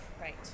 right